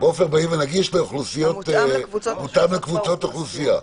מותאם לקבוצות אוכלוסייה.